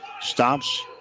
Stops